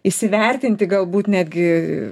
įsivertinti galbūt netgi